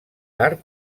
art